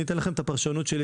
אני אתן לכם את הפרשנות שלי,